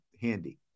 handy